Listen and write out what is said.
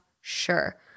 Sure